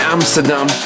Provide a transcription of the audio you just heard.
Amsterdam